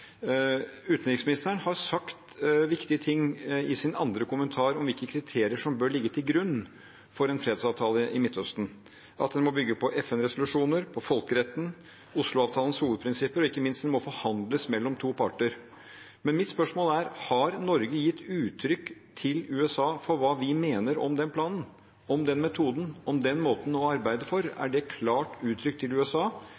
viktige ting i sin andre kommentar om hvilke kriterier som bør ligge til grunn for en fredsavtale i Midtøsten. Den må bygge på FN-resolusjoner, folkeretten, Oslo-avtalens hovedprinsipper, og ikke minst må den forhandles fram av to parter. Mitt spørsmål er: Har Norge gitt uttrykk for hva vi mener om den planen, den metoden og den måten å arbeide på, til USA? Er det gitt klart uttrykk for